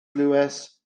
lewis